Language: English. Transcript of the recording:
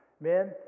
Men